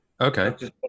Okay